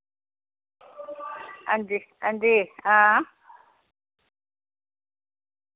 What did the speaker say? हां जी हां जी हां